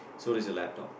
so does your laptop